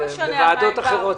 זה צריך להיות בוועדות אחרות.